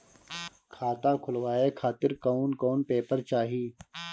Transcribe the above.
खाता खुलवाए खातिर कौन कौन पेपर चाहीं?